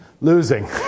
losing